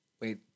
wait